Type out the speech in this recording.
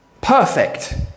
perfect